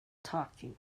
talking